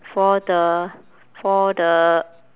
for the for the